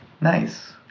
Nice